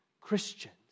Christians